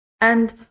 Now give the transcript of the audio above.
and